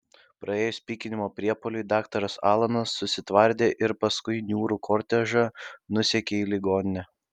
praėjus pykinimo priepuoliui daktaras alanas susitvardė ir paskui niūrų kortežą nusekė į ligoninę